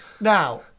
Now